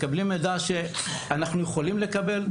מקבלים מידע שאנחנו יכולים לקבל,